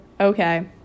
Okay